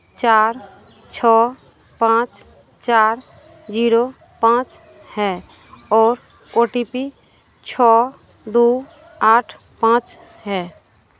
चार छः पाँच चार जीरो पाँच है और ओ टि पी छः दो आठ पाँच है